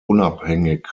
unabhängig